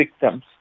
victims